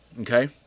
Okay